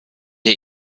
der